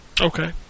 Okay